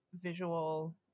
visual